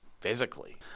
physically